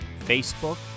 Facebook